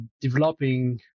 developing